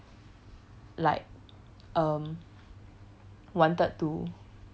like um wanted to